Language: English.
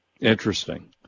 Interesting